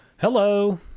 Hello